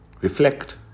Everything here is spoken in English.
Reflect